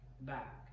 back